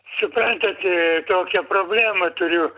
suprantat a tokią problemą turiu